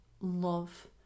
love